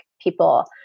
people